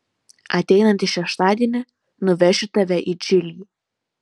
ateinantį šeštadienį nuvešiu tave į džilį